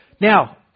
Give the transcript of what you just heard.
Now